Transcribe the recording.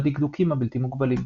והדקדוקים הבלתי מוגבלים.